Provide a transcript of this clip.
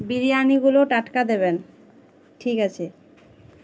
বিরিয়ানিগুলো টাটকা দেবেন ঠিক আছে